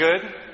good